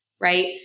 right